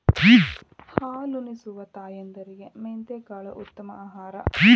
ಹಾಲುನಿಸುವ ತಾಯಂದಿರಿಗೆ ಮೆಂತೆಕಾಳು ಉತ್ತಮ ಆಹಾರ